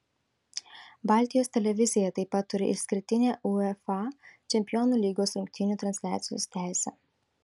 baltijos televizija taip pat turi išskirtinę uefa čempionų lygos rungtynių transliacijos teisę